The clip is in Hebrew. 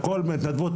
הכל בהתנדבות.